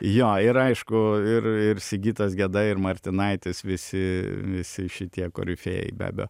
jo ir aišku ir ir sigitas geda ir martinaitis visi visi šitie korifėjai be abejo